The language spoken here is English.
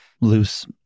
loose